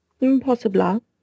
Impossible